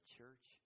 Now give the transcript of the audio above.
church